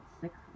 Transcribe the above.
Six